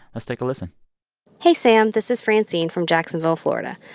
let's take a listen hey, sam. this is francine from jacksonville, fla. and